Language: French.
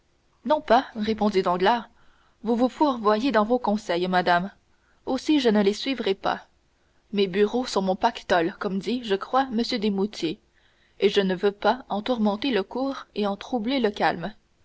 non pas répondit danglars vous vous fourvoyez dans vos conseils madame aussi je ne les suivrai pas mes bureaux sont mon pactole comme dit je crois m desmoutiers et je ne veux pas en tourmenter le cours et en troubler le calme